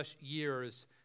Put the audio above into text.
years